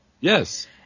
Yes